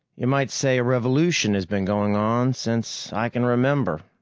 you might say a revolution has been going on since i can remember,